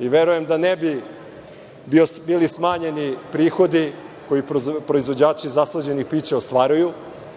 i verujem da ne bi bili smanjeni prihodi koji proizvođači zaslađenih pića ostvaruju.